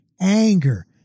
anger